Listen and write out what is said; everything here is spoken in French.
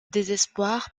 désespoir